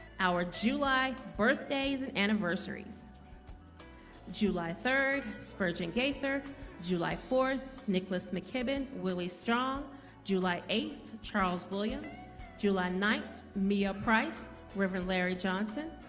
our july birthdays and anniversaries july third spurgeon gaither july fourth, nicklaus, mckibben willie strong july eighth charles williams july night mia price river larry johnson,